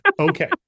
okay